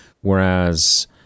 whereas